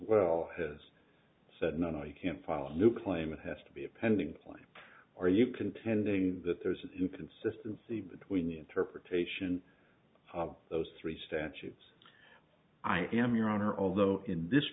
well has said no no you can't file a new claim it has to be a pending plan are you contending that there's an inconsistency between the interpretation of those three statutes i am your honor although in this